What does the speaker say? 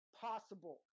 possible